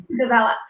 develop